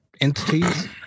entities